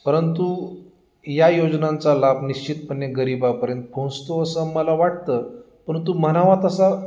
परंतु या योजनांचा लाभ निश्चितपणे गरिबापर्यंत पोहोचतो असं मला वाटतं परंतु म्हणावा तसा